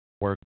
work